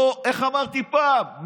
איך אמרתי פעם?